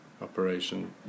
operation